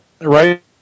right